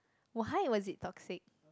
why was it toxic